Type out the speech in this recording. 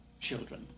children